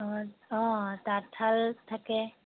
অঁ তাঁতশাল থাকে